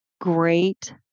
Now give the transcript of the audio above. great